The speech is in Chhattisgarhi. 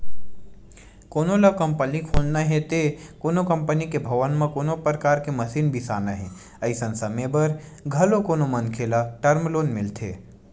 कोनो ल कंपनी खोलना हे ते कोनो कंपनी के भवन म कोनो परकार के मसीन बिसाना हे अइसन समे बर घलो कोनो मनखे ल टर्म लोन मिलथे